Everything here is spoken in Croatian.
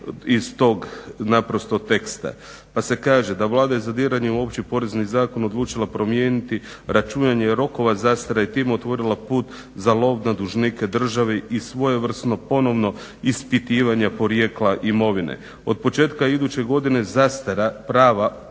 Pa se kaže da "Vlada je zadiranjem u Opći porezni zakon odlučila promijeniti računanje rokova zastare i time otvorila put za lov na dužnike državi i svojevrsno ponovno ispitivanje porijekla imovine. Od početka iduće godine zastara prava poreznika